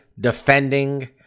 defending